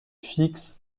fixe